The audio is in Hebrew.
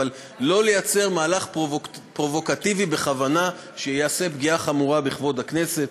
אבל לא לייצר מהלך פרובוקטיבי בכוונה שיעשה פגיעה חמורה בכבוד הכנסת.